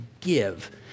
give